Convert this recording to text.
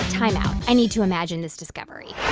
time out. i need to imagine this discovery